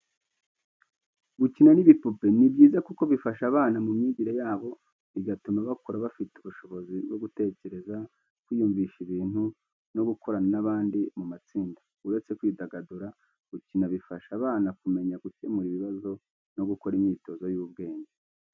Gukina n'ibipupe ni byiza kuko bifasha abana mu myigire yabo, bigatuma bakura bafite ubushobozi bwo gutekereza, kwiyumvisha ibintu, no gukorana n'abandi mu matsinda. Uretse kwidagadura, gukina bifasha abana kumenya gukemura ibibazo no gukora imyitozo y'ubwenge.